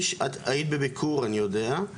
את היית בביקור, אני יודע.